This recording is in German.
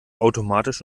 automatisch